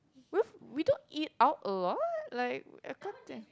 with we don't eat out a lot like I can't think